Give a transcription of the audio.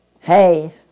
hey